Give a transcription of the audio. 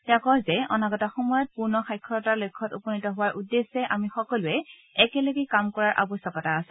তেওঁ কয় যে অনাগত সময়ত পূৰ্ণ সাক্ষৰতাৰ লক্ষ্যত উপনীত হোৱাৰ উদ্দেশ্যে আমি সকলোৱে একেলগে কাম কৰা আৱশ্যকতা আছে